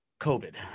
COVID